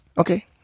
Okay